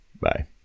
Bye